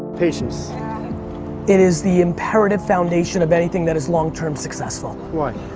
patience it is the imperative foundation of anything that is long-term successful. why?